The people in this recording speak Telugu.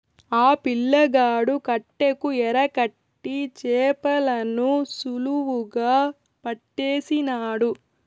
ఆ పిల్లగాడు కట్టెకు ఎరకట్టి చేపలను సులువుగా పట్టేసినాడు